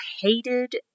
hated